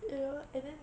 you know and then